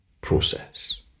process